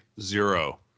zero